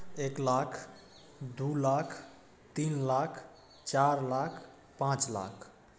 एक लाख दू लाख तीन लाख चारि लाख पाँच लाख